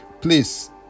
Please